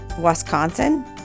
Wisconsin